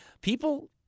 people—